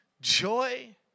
joy